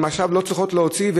עכשיו הן לא צריכות להוציא,